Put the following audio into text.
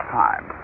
time